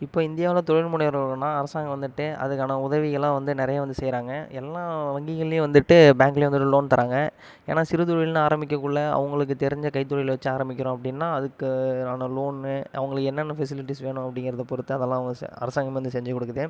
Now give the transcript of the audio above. இப்போ இந்தியாவில் தொழில் முனைவர்கள்னால் அரசாங்கம் வந்துட்டு அதுக்கான உதவிகள்லாம் வந்து நிறைய வந்து செய்கிறாங்க எல்லா வங்கிகள்லையும் வந்துட்டு பேங்க்லையும் வந்துட்டு லோன் தராங்க ஏன்னால் சிறு தொழில்னு ஆரம்பிக்கக்குள்ள அவங்களுக்குத் தெரிஞ்ச கைத்தொழிலை வச்சு ஆரம்பிக்கிறோம் அப்படின்னா அதுக்கான லோன் அவங்களுக்கு என்னென்ன ஃபெசிலிட்டிஸ் வேணும் அப்படிங்கிறத பொறுத்து அதெல்லாம் அவங்க செ அரசாங்கமே வந்து செஞ்சு கொடுக்குது